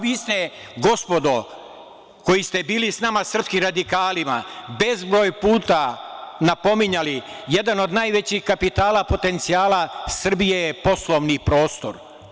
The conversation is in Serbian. Vi ste, gospodo, koji ste bili sa nama srpskim radikalima, bezbroj puta napominjali – jedan od najvećih kapitala potencijala Srbije je poslovni prostor.